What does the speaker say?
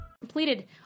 Completed